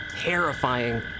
terrifying